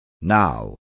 Now